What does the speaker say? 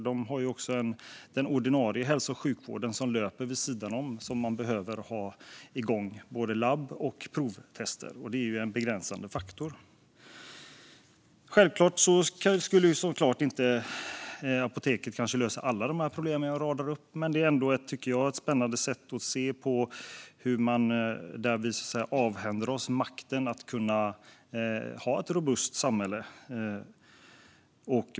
De har också ansvar för den ordinarie hälso och sjukvården, och den behöver också labb och provtester, vilket är en begränsande faktor. Apoteket kan säkert inte lösa alla de problem jag radar upp, men det handlar om att vi har avhänt oss förmågan att ha ett robust samhälle.